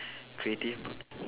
creative